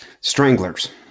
Stranglers